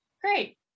great